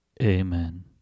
Amen